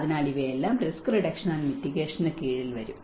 അതിനാൽ ഇവയെല്ലാം risk reduction and മിറ്റിഗേഷന് കീഴിൽ വരും